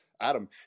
Adam